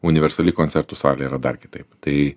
universali koncertų salė yra dar kitaip tai